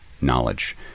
knowledge